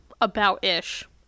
about-ish